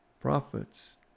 prophets